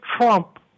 Trump